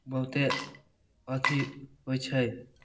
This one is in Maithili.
बहुते अथी होइत छै